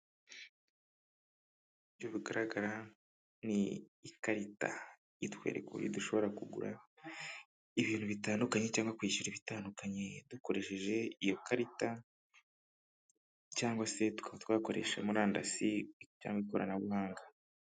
Uburyo bugaragara ni ikarita, itwereka uburyo dushobora kugura ibintu bitandukanye cyangwa kwishyura bitandukanye, dukoresheje iyo karita, cyangwa se tukaba twakoresha murandasi, cyangwa ikoranabuhanga.